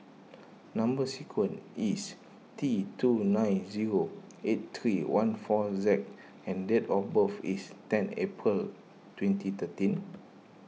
Number Sequence is T two nine zero eight three one four Z and date of birth is ten April twenty thirteen